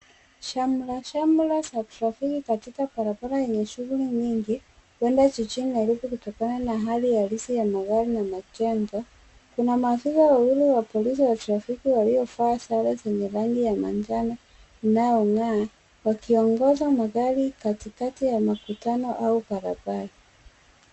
Shamra shamra za trafiki katika barabara yenye shughuli mingi, uenda jijini Nairobi kutokana na hali ya halisi ya magari na majengo. Kuna maafisa wawili wa polisi wautrafiki walio vaa sare zenye rangi ya manjano, unao ng'aa, waki ongoza magari katikati ya makutano au barabara.